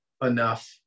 enough